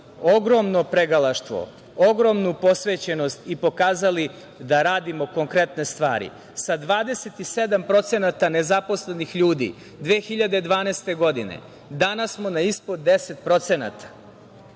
ogromno pregalaštvo, ogromnu posvećenost i pokazali da radimo konkretne stvari, sa 27% nezaposlenih ljudi 2012. godine danas smo na ispod 10%, sa